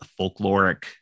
folkloric